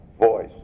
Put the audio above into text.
voice